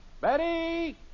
Betty